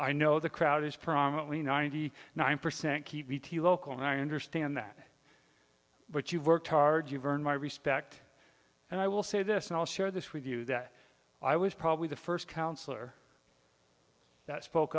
i know the crowd is predominantly ninety nine percent local and i understand that but you've worked hard you've earned my respect and i will say this and i'll share this with you that i was probably the first counselor that spoke